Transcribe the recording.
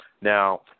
Now